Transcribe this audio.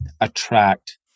attract